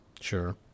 Sure